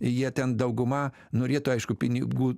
jie ten dauguma norėtų aišku pinigų